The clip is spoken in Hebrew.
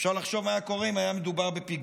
אפשר לחשוב מה היה קורה אם היה מדובר בפיגועים.